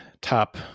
top